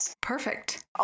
Perfect